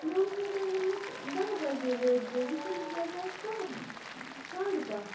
مےٚ اوسمو تۄہہِ ووٚنمُت دَہ بَجے وٲتۍزیو وٕنۍکٮ۪نَس بَجاے کَہہ ساڑٕ کَہہ